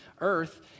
earth